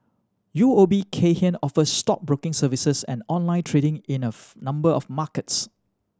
U O B Kay Hian offers stockbroking services and online trading in a number of markets